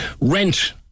Rent